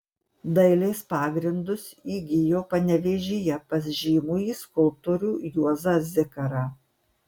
dailės pagrindus įgijo panevėžyje pas žymųjį skulptorių juozą zikarą